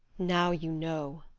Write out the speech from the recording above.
now you know,